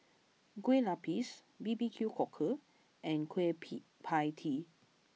Kueh Lupis B B Q Cockle and Kueh Pie Tee